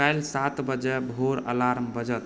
काल्हि सात बजे भोर अलार्म बजत